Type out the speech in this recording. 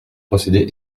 procédé